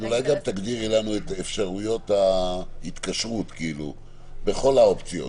אולי גם תגדירי לנו את אפשרויות ההתקשרות בכל האופציות.